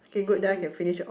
let me go and see